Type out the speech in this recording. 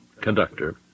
conductor